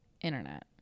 internet